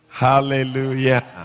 Hallelujah